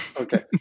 okay